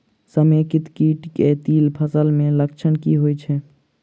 समेकित कीट केँ तिल फसल मे लक्षण की होइ छै?